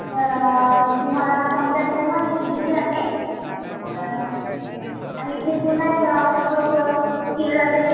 तर तुम्हाला समजायसाठी पण खूप इझी जाते आणि इथे पूर्णच कोर्स केले जाते